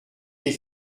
des